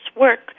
work